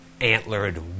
antlered